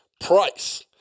price